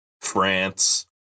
France